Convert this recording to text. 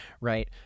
Right